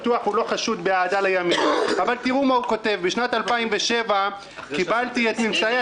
הוא לא חשוד באהדה לימין ותראו מה הוא כותב: בשנת 2007 קבלתי את ממצאי